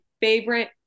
favorite